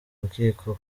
rukiko